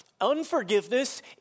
Unforgiveness